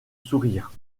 sourire